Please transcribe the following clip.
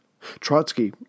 Trotsky